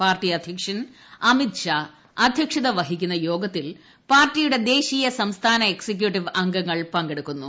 party അധ്യക്ഷൻ അമിത് ഷാ അദ്ധ്യക്ഷത വഹിക്കുന്ന യോഗത്തിൽ പാർട്ടിയുടെ ദേശീയ സംസ്ഥാന എക്സിക്യൂട്ടീവ് അംഗങ്ങൾ പങ്കെടുക്കുന്നു